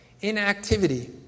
inactivity